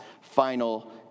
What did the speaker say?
final